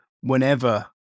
whenever